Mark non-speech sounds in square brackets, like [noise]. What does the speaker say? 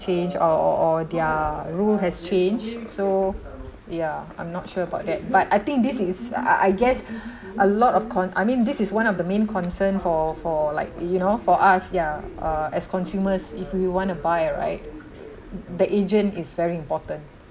change or or or their rule has changed so yeah I'm not sure about that but I think this is I I guess [breath] a lot of con~ I mean this is one of the main concern for for like you know for us yeah uh as consumers if we wanna buy right the agent is very important